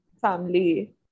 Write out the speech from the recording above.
family